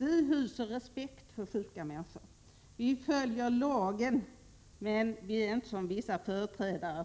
Vi hyser respekt för sjuka människor, vi följer lagen, men vi är inte som vissa företrädare